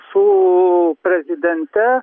su prezidente